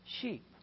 sheep